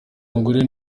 mugore